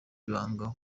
ibanga